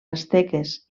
asteques